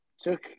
took